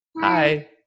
Hi